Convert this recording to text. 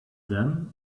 them